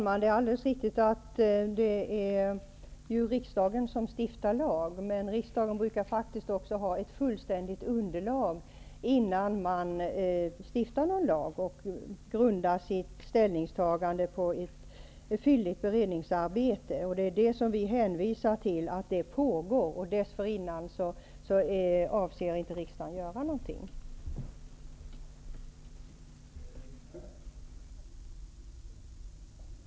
Herr talman! Det är riktigt att det är riksdagen som stiftar lagar, men riksdagen brukar faktiskt också ha ett fullständigt underlag innan någon lag stiftas. Ställningstagandet brukar grundas på ett fylligt beredningsarbete, och vi hänvisar till att ett sådant pågår. Dessförinnan avser inte riksdagen att göra något i den här frågan.